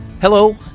Hello